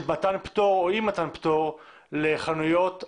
מתן פטור או אי מתן פטור לחנויות אופטיקה.